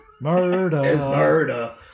Murder